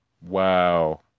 Wow